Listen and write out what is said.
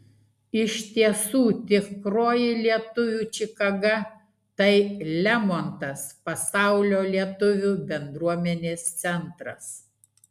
iš tiesų tikroji lietuvių čikaga tai lemontas pasaulio lietuvių bendruomenės centras